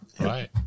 Right